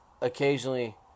occasionally